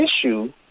issue